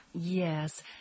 Yes